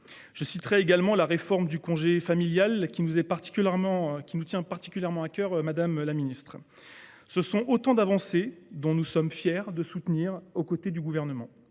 Citons également la réforme du congé parental, qui nous tient particulièrement à cœur, madame la ministre. Autant d’avancées que nous sommes fiers de soutenir, aux côtés du Gouvernement.